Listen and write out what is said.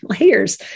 layers